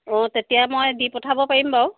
অঁ তেতিয়া মই দি পঠাব পাৰিম বাৰু